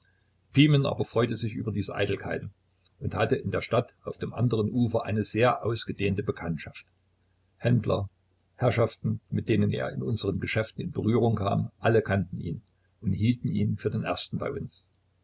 pimen aber freute sich über diese eitelkeiten und hatte in der stadt auf dem anderen ufer eine sehr ausgebreitete bekanntschaft händler herrschaften mit denen er in unseren geschäften in berührung kam alle kannten ihn und hielten ihn für den ersten bei uns